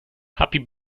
happy